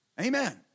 Amen